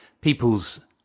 People's